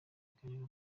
ikiganiro